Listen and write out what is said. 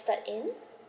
in